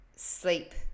sleep